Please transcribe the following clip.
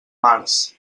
març